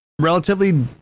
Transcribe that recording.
relatively